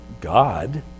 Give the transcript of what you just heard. God